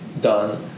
done